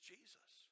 Jesus